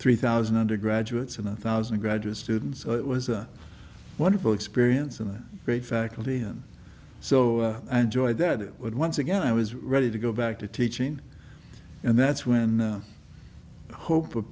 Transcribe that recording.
three thousand undergraduates in one thousand graduate students so it was a wonderful experience and a great faculty and so i enjoyed that it would once again i was ready to go back to teaching and that's when hope